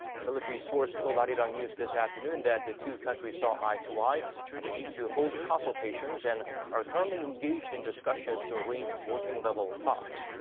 a military source told arirang news this afternoon that the two countries saw eye to eye on the need to hold consultations. and are currently engaged in discussions to arrange working-level talks.